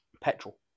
petrol